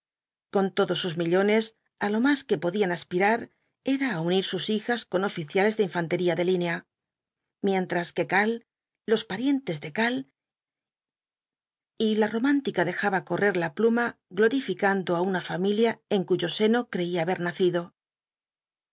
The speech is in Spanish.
con todos sus millones á lo más que podían aspirar era á unir sus hijas con oficiales de infantería de línea mientras que karl los parientes de karl y la romántica dejaba correr la pluma glorificando á una familia en cuyo seno creía haber nacido